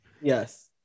Yes